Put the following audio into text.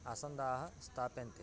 आसन्दाः स्थाप्यन्ते